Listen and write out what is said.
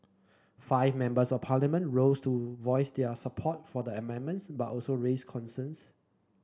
five Members of Parliament rose to voice their support for the amendments but also raised concerns